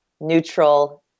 neutral